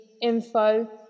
info